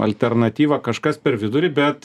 alternatyva kažkas per vidurį bet